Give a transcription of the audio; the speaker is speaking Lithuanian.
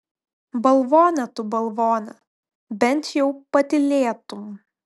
balvone tu balvone bent jau patylėtum